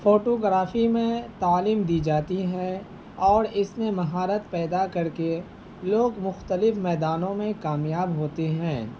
photo گرافی میں تعلیم دی جاتی ہے اور اس میں مہارت پیدا کر کے لوگ مختلف میدانوں میں کامیاب ہوتے ہیں